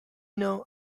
know